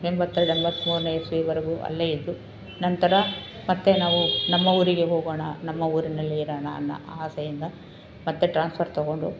ಎಂಬತ್ತೆರಡು ಎಂಬತ್ತ್ಮೂರನೇ ಇಸವಿಯವರೆಗೂ ಅಲ್ಲೇ ಇದ್ದು ನಂತರ ಮತ್ತೆ ನಾವು ನಮ್ಮ ಊರಿಗೆ ಹೋಗೋಣ ನಮ್ಮ ಊರಿನಲ್ಲೇ ಇರೋಣ ಅನ್ನೋ ಆಸೆಯಿಂದ ಮತ್ತೆ ಟ್ರಾನ್ಸ್ಫರ್ ತೊಗೊಂಡು